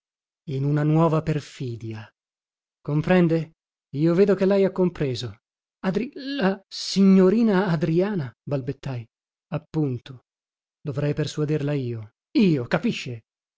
in una nuova perfidia comprende io vedo che lei ha compreso adri la la signorina adriana balbettai appunto dovrei persuaderla io io capisce